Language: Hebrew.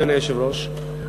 אדוני היושב-ראש,